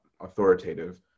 authoritative